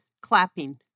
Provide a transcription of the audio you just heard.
Clapping